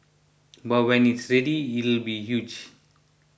but when it's ready it'll be huge